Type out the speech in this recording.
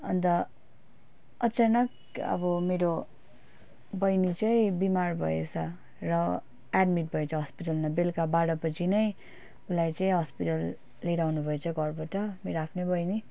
अन्त अचानक अब मेरो बहिनी चाहिँ बिमार भएछ र एड्मिट भएछ हस्पिटलमा बेलुका बाह्र बजी नै उसलाई चाहिँ हस्पिटल लिएर आउनुभएछ घरबट मेरो आफ्नै बहिनी